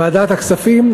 ועדת הכספים,